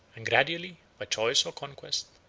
and gradually, by choice or conquest,